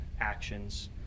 actions